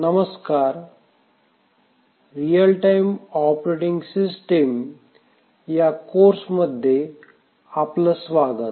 नमस्कार real time operating system ह्या कोर्समध्ये आपलं स्वागत